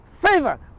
favor